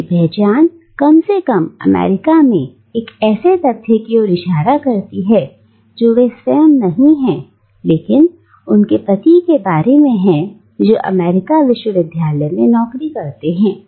उनकी पहचान कम से कम अमेरिका में एक ऐसे तथ्य की ओर इशारा करती है जो वह स्वयं नहीं है लेकिन उनकी पति के बारे में हैं जो एक अमेरिकी विश्वविद्यालय में नौकरी करते हैं